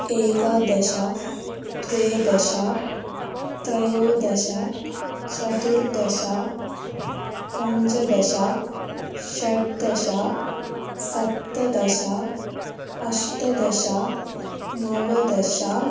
एकादश द्वादश त्रयोदश चतुर्दश पञ्चदश षोडश सप्तदश अष्टादश नवदश